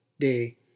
day